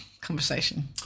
conversation